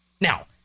Now